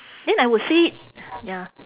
then I would say ya